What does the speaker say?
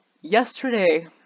yesterday